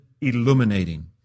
illuminating